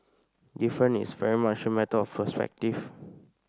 different is very much a matter of perspective